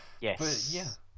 Yes